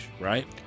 right